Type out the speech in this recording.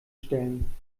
stellen